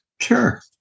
Sure